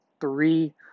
three